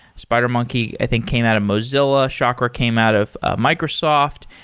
spidermonkey i think came out of mozilla. chakra came out of microsoft,